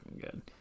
good